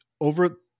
over